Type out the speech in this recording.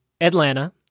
Atlanta